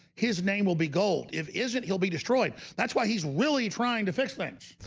his name will be gold if isn't he'll be destroyed that's why he's willie trying to fix things.